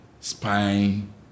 spine